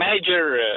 major